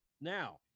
Now